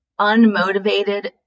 unmotivated